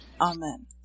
Amen